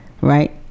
right